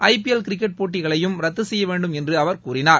IPL cricket போட்டிகளையும் ரத்து செய்ய வேண்டும் என்று அவர் கூறினார்